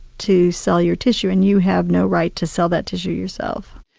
to sell your tissue, and you have no right to sell that tissue yourself.